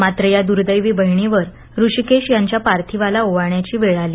मात्र या दुर्दैवी बहीणीवर ऋषीकेश यांच्या पार्थिवाला ओवाळण्याची वेळ आली